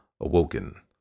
Awoken